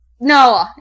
No